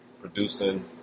producing